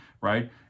right